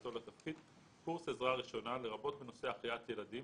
כניסתו תפקיד קורס עזרה ראשונה לרבות בנושא החייאת ילדים,